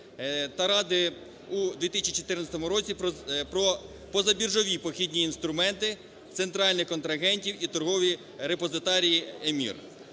та Ради у 2014 році про позабіржові похідні інструменти центральних контрагентів і торгові репозитарії